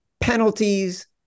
penalties